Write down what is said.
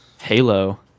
halo